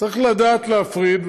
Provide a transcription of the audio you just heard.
צריך לדעת להפריד,